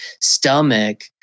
stomach